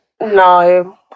No